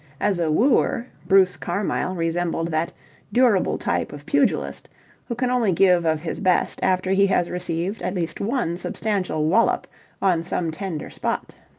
as a wooer, bruce carmyle resembled that durable type of pugilist who can only give of his best after he has received at least one substantial wallop on some tender spot.